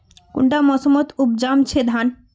कुंडा मोसमोत उपजाम छै धान?